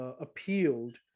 appealed